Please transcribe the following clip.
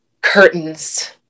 Curtains